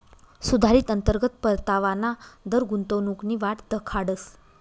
सुधारित अंतर्गत परतावाना दर गुंतवणूकनी वाट दखाडस